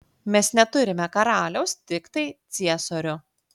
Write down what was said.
mes neturime karaliaus tiktai ciesorių